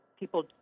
people